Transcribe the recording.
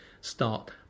start